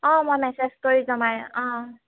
অঁ মই মেছেজ কৰি জনাই অঁ